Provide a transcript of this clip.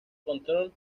control